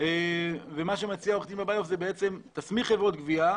ומה שמציע עו"ד בביוף זה תסמיך חברות גבייה,